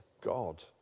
God